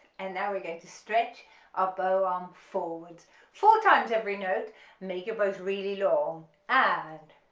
and now we're going to stretch our bow arm forwards four times every note make your bows really long and